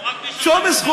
לא,